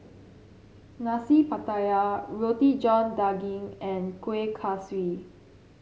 Nasi Pattaya Roti John Daging and Kueh Kaswi